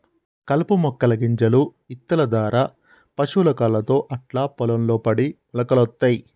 కలుపు మొక్కల గింజలు ఇత్తుల దారా పశువుల కాళ్లతో అట్లా పొలం లో పడి మొలకలొత్తయ్